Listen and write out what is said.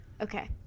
okay